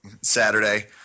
Saturday